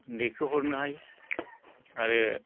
दैखोहरनो हायो आरो